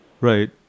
Right